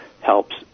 helps